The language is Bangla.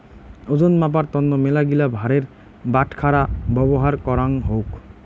ওজন মাপার তন্ন মেলাগিলা ভারের বাটখারা ব্যবহার করাঙ হউক